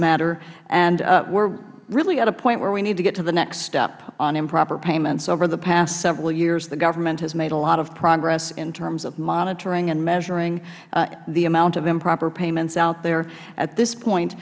matter we are really at a point where we need to get to the next step on improper payments over the past several years the government has made a lot of progress in terms of monitoring and measuring the amount of improper payments out there at this